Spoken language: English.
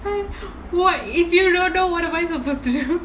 what if you don't know what am I suppose to do